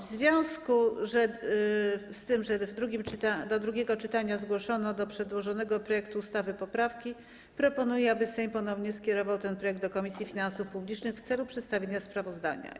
W związku z tym, że w drugim czytania zgłoszono do przedłożonego projektu ustawy poprawki, proponuję, aby Sejm ponownie skierował ten projekt do Komisji Finansów Publicznych w celu przedstawienia sprawozdania.